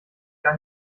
gar